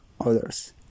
others